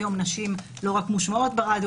היום נשים לא רק מושמעות ברדיו,